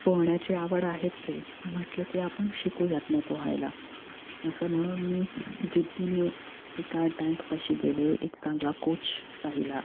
पोहण्याची आवड आहेच आहे म्हटलं की आपण शिकूयात मग पोहायला असं म्हणून मी जिद्दीने एका टँकपाशी गेले एक चांगला कोच पाहिला